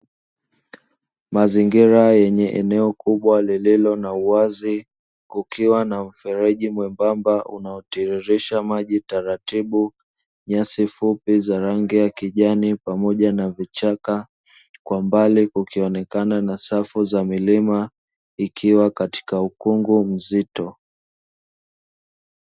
Mazingira yenye eneo kubwa lililo na uwazi kukiwa na mfereji mwembamba unaotiririsha maji taratibu, nyasi fupi za rangi ya kijani pamoja na vichaka kwa mbali kukionekana na safu za milima ikiwa katika ukungu mzito.